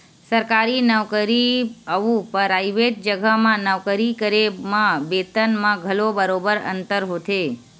सरकारी नउकरी अउ पराइवेट जघा म नौकरी करे म बेतन म घलो बरोबर अंतर होथे